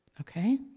Okay